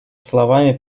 словами